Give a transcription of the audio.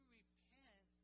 repent